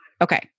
Okay